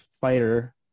fighter